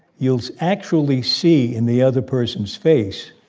you'll actually see in the other person's face